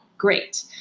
great